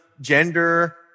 gender